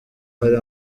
hari